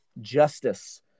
justice